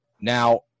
Now